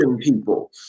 people